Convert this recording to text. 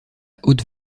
haute